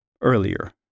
Earlier